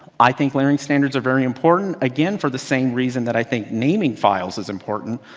i think layering standards are very important, again, for the same reason that i think naming files is important.